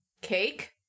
Cake